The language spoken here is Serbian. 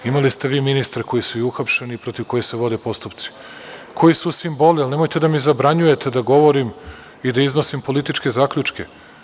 Imali ste vi ministre koji su i uhapšeni i protiv kojih se vode postupci, koji su simboli, ali nemojte da mi zabranjujete da govorim i da iznosim političke zaključke.